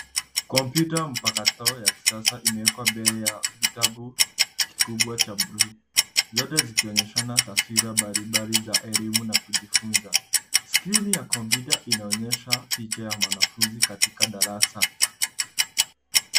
Kompyuta mpakato ya kisasa imewekwa mbele ya kitabu kikubwa cha blue , zote zikionyeshana taswira mbalimbali za elimu na kujifunza. Skrini ya kompyuta inaonyesha picha ya mwanafunzi katika darasa.